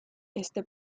este